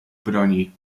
broni